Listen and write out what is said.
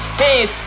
hands